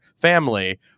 family